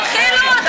מה קרה?